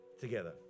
together